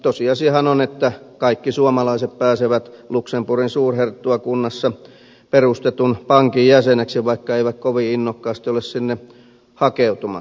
tosiasiahan on että kaikki suomalaiset pääsevät luxemburgin suurherttuakunnassa perustetun pankin jäseneksi vaikka eivät kovin innokkaasti ole sinne hakeutumassakaan